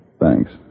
Thanks